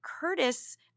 Curtis